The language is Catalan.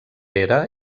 pere